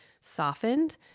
softened